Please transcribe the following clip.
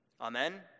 Amen